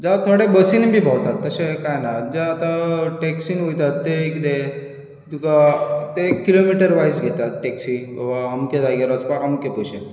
जावं थोडे बसीन बी भोंवतात तशें कांय ना ते आतां टॅक्सीन वयतात ते कितें तुका ते किलोमीटर वायझ घेतात टॅक्सी वा अमक्या जाग्यार वचपाक अमके पयशे